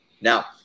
Now